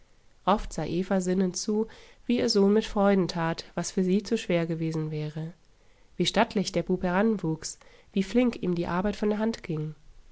oft sah eva sinnend zu wie ihr sohn mit freuden tat was für sie zu schwer gewesen wäre wie stattlich der bub heranwuchs wie flink ihm die arbeit von der hand ging